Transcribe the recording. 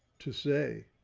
to say.